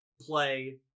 play